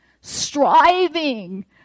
striving